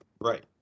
Right